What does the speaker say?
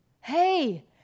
Hey